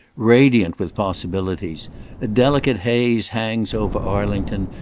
radiant with possibilities a delicate haze hangs over arlington,